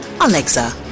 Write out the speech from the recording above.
Alexa